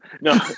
No